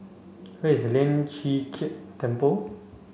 where is Lian Chee Kek Temple